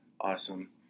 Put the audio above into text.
Awesome